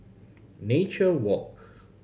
Nature Walk